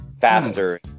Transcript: faster